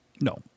No